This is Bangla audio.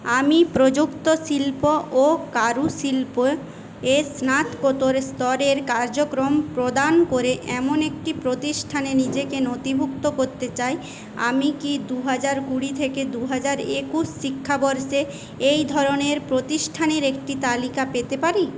আমি প্রযুক্ত শিল্প ও কারুশিল্পে স্নাতকোত্তর স্তরের কার্যক্রম প্রদান করে এমন একটি প্রতিষ্ঠানে নিজেকে নথিভুক্ত করতে চাই আমি কি দুই হাজার কুড়ি থেকে দুই হাজার একুশ শিক্ষাবর্ষে এই ধরনের প্রতিষ্ঠানের একটি তালিকা পেতে পারি